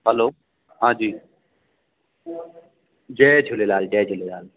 हलो हांजी जय झूलेलाल जय झूलेलाल